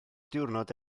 diwrnod